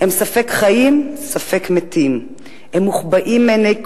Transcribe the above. הם ספק חיים ספק מתים, הם מוחבאים מעיני כול,